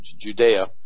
Judea